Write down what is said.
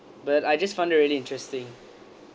but I just found it really interesting